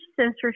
Censorship